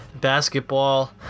basketball